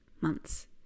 months